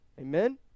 Amen